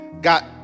got